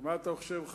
מה אתה חושב,